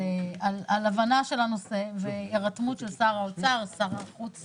על הבנה של הנושא ועל הירתמות של שר האוצר ושר החוץ